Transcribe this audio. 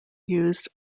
used